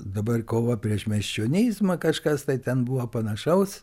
dabar kova prieš miesčionizmą kažkas tai ten buvo panašaus